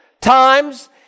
times